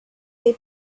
they